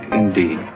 indeed